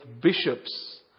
bishops